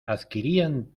adquirían